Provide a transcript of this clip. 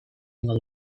egingo